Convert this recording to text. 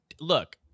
look